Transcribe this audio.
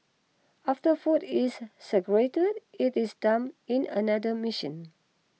after food is segregated it is dumped in another machine